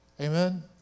Amen